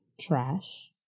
trash